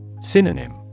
Synonym